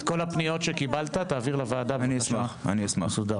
את כל הפניות שקיבלת תעביר לוועדה באופן מסודר.